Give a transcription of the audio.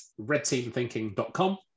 redteamthinking.com